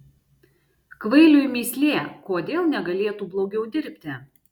kvailiui mįslė kodėl negalėtų blogiau dirbti